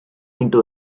into